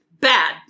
Bad